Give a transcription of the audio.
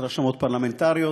רשמות פרלמנטריות,